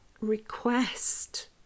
request